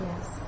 Yes